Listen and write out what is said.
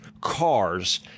cars